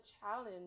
challenge